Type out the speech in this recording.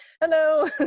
hello